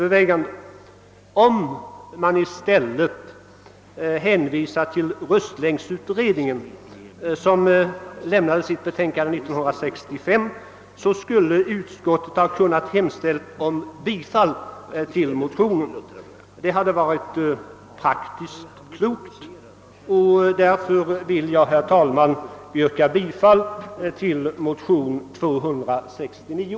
I stället borde man dock ha hänvisat till röstlängdsutredningen, som lämnade sitt betänkande 1965. I så fall skulle man ha kunnat hemställa om bifall till motionen. Det hade varit praktiskt klokt, och därför vill jag, herr talman, yrka bifall till motion II: 269.